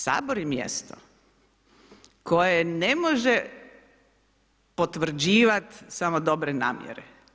Sabor je mjesto koje ne može potvrđivati samo dobre namjere.